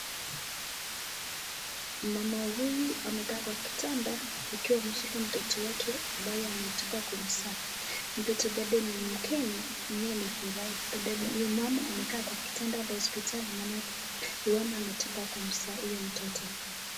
Mama huyu amekaa kwa kitanda akiwa ameshika mtoto wake ambaye ametoka kumzaa. Mtoto bado ni mgeni ni yeye amefurahi. Mama amekaa kwa kitanda ndani ya hospitali maana huenda ametoka kumzaa huyo mtoto.